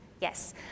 Yes